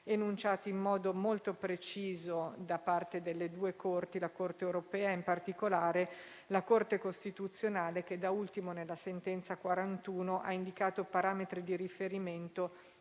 enunciati in modo molto preciso da parte della Corte europea, in particolare, e dalla Corte costituzionale, che, da ultimo, nella sentenza n. 41 ha indicato i parametri di riferimento